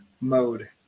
mode